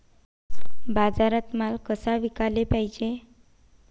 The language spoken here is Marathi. बाजारात माल कसा विकाले पायजे?